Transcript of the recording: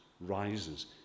rises